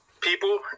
people